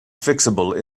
fixable